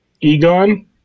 egon